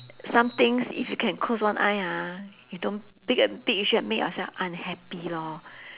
some things if you can close one eye ah you don't pick a big issue and make yourself unhappy lor